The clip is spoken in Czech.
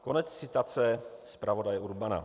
Konec citace zpravodaje Urbana.